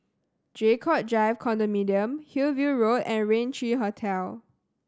Draycott Drive Condominium Hillview Road and Rain Three Hotel